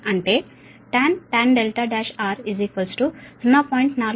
అంటే tan R1 0